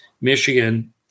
Michigan